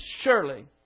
surely